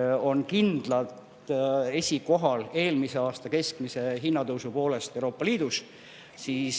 Euroopa Liidus eelmise aasta keskmise hinnatõusu poolest, siis